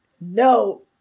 No